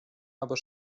aber